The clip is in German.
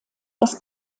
das